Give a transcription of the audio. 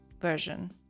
version